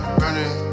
running